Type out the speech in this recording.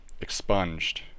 expunged